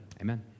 Amen